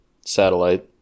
satellite